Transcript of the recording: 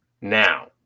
now